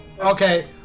okay